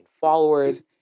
followers